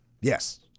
Yes